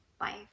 life